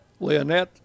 Leonette